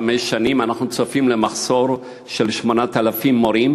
חמש שנים מחסור של 8,000 מורים,